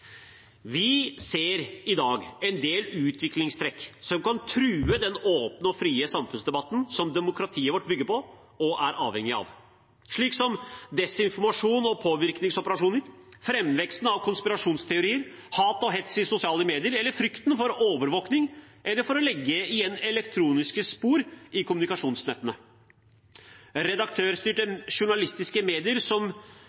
Vi ser i dag en del utviklingstrekk som kan true den åpne og frie samfunnsdebatten som demokratiet vårt bygger på og er avhengig av – slik som desinformasjon og påvirkningsoperasjoner, framveksten av konspirasjonsteorier, hat og hets i sosiale medier eller frykten for overvåking eller for å legge igjen elektroniske spor i kommunikasjonsnettene. Redaktørstyrte journalistiske medier som